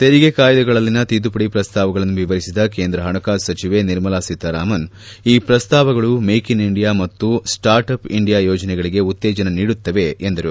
ತೆರಿಗೆ ಕಾಯ್ದೆಗಳಲ್ಲಿನ ತಿದ್ದುಪಡಿ ಪ್ರಸ್ತಾವಗಳನ್ನು ವಿವರಿಸಿದ ಕೇಂದ್ರ ಹಣಕಾಸು ಸಚಿವೆ ನಿರ್ಮಲಾ ಸೀತಾರಾಮನ್ ಈ ಪ್ರಸ್ತಾವಗಳು ಮೇಕ್ ಇನ್ ಇಂಡಿಯಾ ಮತ್ತು ಸ್ಟಾರ್ಟ್ ಅಪ್ ಇಂಡಿಯಾ ಯೋಜನೆಗಳಗೆ ಉತ್ತೇಜನ ನೀಡುತ್ತವೆ ಎಂದರು